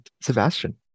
Sebastian